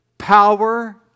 Power